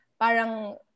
parang